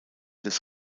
des